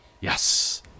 Yes